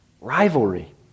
Rivalry